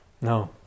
No